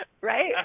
Right